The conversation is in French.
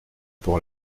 pour